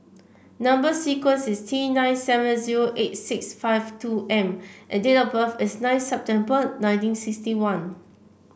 number sequence is T nine seven zero eight six five two M and date of birth is nine September nineteen sixty one